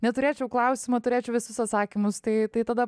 neturėčiau klausimo turėčiau visus atsakymus tai tai tada